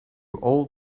old